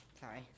Sorry